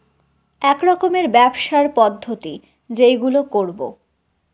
এক রকমের ব্যবসার পদ্ধতি যেইগুলো করবো